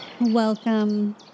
Welcome